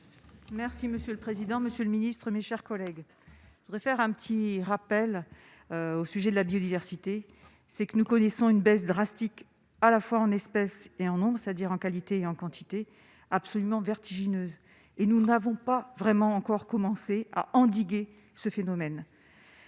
Merci monsieur le président, Monsieur le Ministre, mes chers collègues, je voudrais faire un petit rappel au sujet de la biodiversité. C'est que nous connaissons une baisse drastique à la fois en espèces et en c'est à dire en qualité et en quantité absolument vertigineuse et nous n'avons pas vraiment encore commencé à endiguer ce phénomène